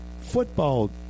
football